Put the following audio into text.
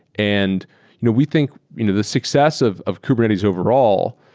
and you know we think you know the success of of kubernetes overall,